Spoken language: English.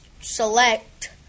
select